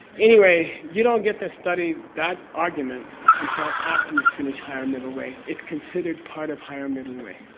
anyway, you don't get to study that argument until after you finish higher middle way. it's considered part of higher middle way.